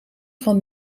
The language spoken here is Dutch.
van